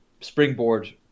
springboard